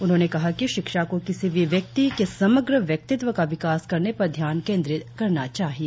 उन्होंने कहा कि शिक्षा को किसी भी व्यक्ति के समग्र व्यक्तित्व का विकास करने पर ध्यान केंद्रित करना चाहिए